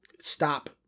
stop